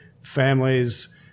families